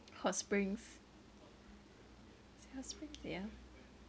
hot springs is it hot springs yeah